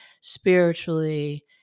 Spiritually